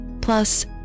plus